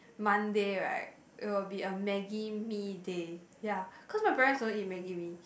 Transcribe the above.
Monday right it will be a maggie-mee day ya cause my parents don't eat maggie-mee